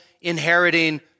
inheriting